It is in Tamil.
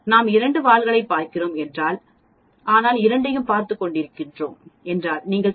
நாம் 2 வால்களைப் பார்க்கிறோம் என்றால் ஆனால் இரண்டையும் பார்த்துக் கொண்டிருக்கிறோம் என்றால் நீங்கள் செய்ய வேண்டியது 0